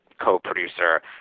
co-producer